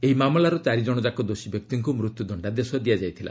ଏହି ମାମଲାର ଚାରି ଜଣ ଯାକ ଦୋଷୀ ବ୍ୟକ୍ତିଙ୍କୁ ମୃତ୍ୟୁ ଦଣ୍ଡାଦେଶ ଦିଆଯାଇଥିଲା